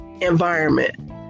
environment